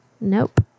Nope